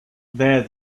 there